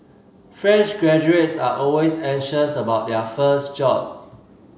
fresh graduates are always anxious about their first job